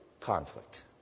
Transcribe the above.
conflict